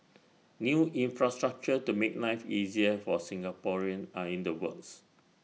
new infrastructure to make life easier for Singaporeans are in the works